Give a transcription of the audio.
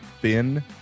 thin